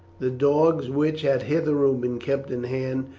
the dogs, which had hitherto been kept in hand,